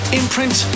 imprint